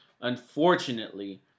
Unfortunately